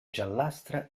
giallastra